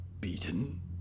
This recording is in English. beaten